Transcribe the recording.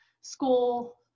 school